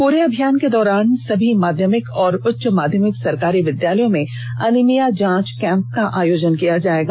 पूरे अभियान के दौरान सभी माध्यमिक और उच्च माध्यमिक सरकारी विद्यालयों में अनीमिया जांच कैंप का आयोजन किया जाएगा